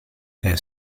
hij